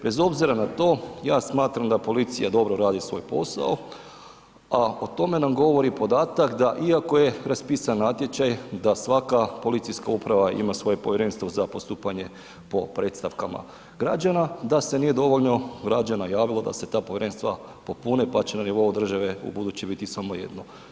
Bez obzira na to ja smatram da policija dobro radi svoj posao a o tome nam govori podatak da iako je raspisan natječaj da svaka policijska uprava ima svoje povjerenstvo za postupanje po predstavkama građana, da se nije dovoljno građana javilo da se ta povjerenstva popune pa će na nivou države ubudući biti samo jedno.